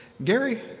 Gary